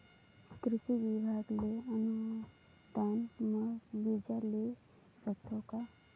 कृषि विभाग ले अनुदान म बीजा ले सकथव का?